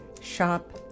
shop